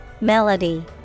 Melody